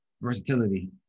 versatility